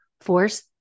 force